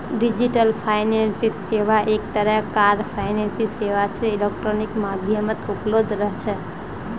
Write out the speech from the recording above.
digital finance सेवा एक तरह कार फाइनेंस सेवा छे इलेक्ट्रॉनिक माध्यमत उपलब्ध रह छे